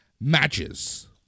matches